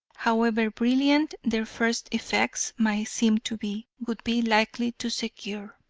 however brilliant their first effects might seem to be, would be likely to secure.